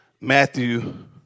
Matthew